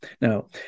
Now